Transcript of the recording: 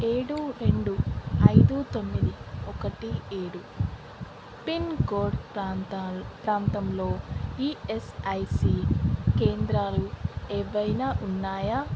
ఏడు రెండు ఐదు తొమ్మిది ఒకటి ఏడు పిన్కోడ్ ప్రాంతా ప్రాంతంలో ఇఎస్ఐసి కేంద్రాలు ఏవైన ఉన్నాయా